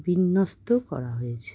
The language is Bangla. বিন্যস্ত করা হয়েছে